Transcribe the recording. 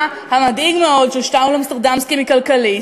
המדאיג-מאוד של שאול אמסטרדמסקי מ"כלכליסט",